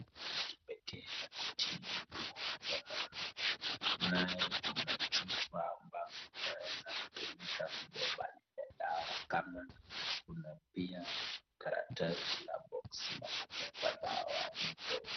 Kipekee ya kutibu ugonjwa maalum, naye kuna chupa ambazo zinaweza kutumika kubeba ile dawa kama kuna pia karatasi la boxi la kubeba dawa hizo.